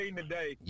today